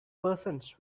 persons